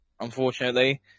Unfortunately